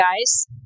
guys